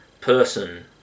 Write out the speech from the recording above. person